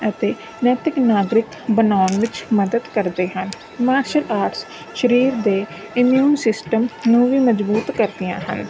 ਅਤੇ ਨੈਤਿਕ ਨਾਗਰਿਕ ਬਣਾਉਣ ਵਿੱਚ ਮਦਦ ਕਰਦੇ ਹਨ ਮਾਰਸ਼ਲ ਆਰਟਸ ਸਰੀਰ ਦੇ ਇਮਿਊਨ ਸਿਸਟਮ ਨੂੰ ਵੀ ਮਜ਼ਬੂਤ ਕਰਦੀਆਂ ਹਨ